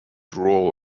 role